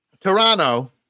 Toronto